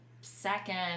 Second